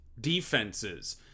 defenses